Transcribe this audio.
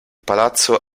palazzo